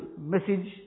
message